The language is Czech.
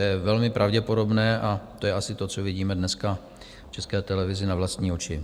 To je velmi pravděpodobné a to je asi to, co vidíme dneska v České televizi na vlastní oči.